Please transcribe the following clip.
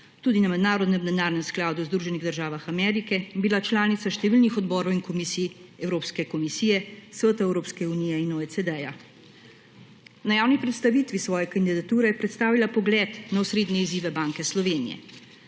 tudi na Mednarodnem denarnem skladu v Združenih državah Amerike, bila je članica številnih odborov in komisij Evropske komisije, Sveta Evropske unije in OECD. Na javni predstavitvi svoje kandidature je predstavila pogled na osrednje izzive Banke Slovenije.